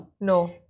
No